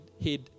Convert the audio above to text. head